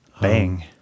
Bang